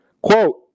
Quote